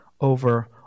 over